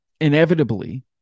Inevitably